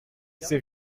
ces